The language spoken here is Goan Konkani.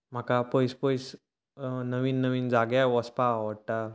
म्हाका पयस पयस नवीन नवीन जाग्यार वचपाक आवडटा